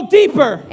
deeper